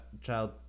child